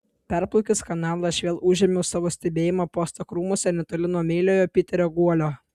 perplaukęs kanalą aš vėl užėmiau savo stebėjimo postą krūmuose netoli nuo meiliojo piterio guolio